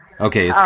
Okay